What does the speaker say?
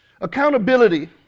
Accountability